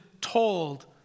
told